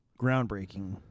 groundbreaking